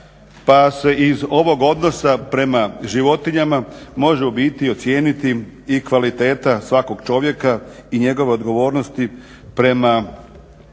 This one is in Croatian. Pa se i iz ovog odnosa prema životinjama može u biti ocijeniti i kvaliteta svakog čovjeka i njegove odgovornosti prema svijetu